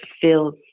feels